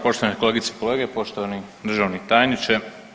Poštovane kolegice i kolege, poštovani državni tajniče.